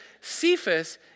Cephas